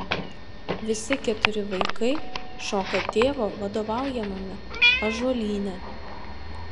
visi keturi vaikai šoka tėvo vadovaujamame ąžuolyne